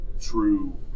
true